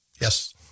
Yes